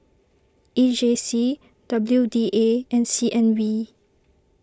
E J C W D A and C N B